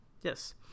yes